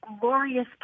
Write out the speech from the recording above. glorious